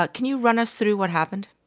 but can you run us through what happened?